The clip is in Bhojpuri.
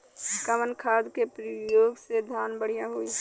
कवन खाद के पयोग से धान बढ़िया होई?